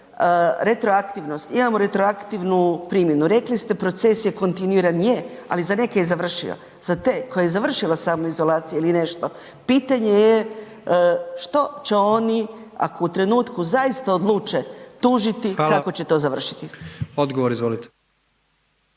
Retroaktivnost. Imamo retroaktivnu primjenu. Rekli ste proces je kontinuiran. Je, ali za neke je završio. Za te koje je završila samoizolacija ili nešto, pitanje je što će oni ako u trenutku zaista odluče tužiti …/Upadica: Hvala/…kako će to završiti?